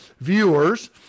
viewers